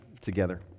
together